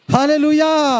Hallelujah